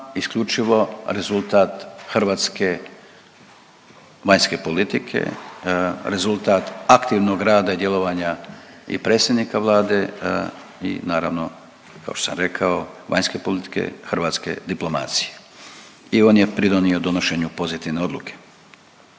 isključivo rezultat hrvatske vanjske politike, rezultat aktivnog rada i djelovanja i predsjednika Vlade i naravno, kao što sam rekao, vanjske politike hrvatske diplomacije i on je pridonio donošenju pozitivne odluke.